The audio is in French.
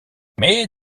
mais